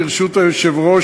ברשות היושב-ראש,